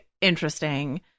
interesting